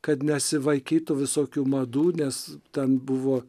kad nesivaikytų visokių madų nes ten buvo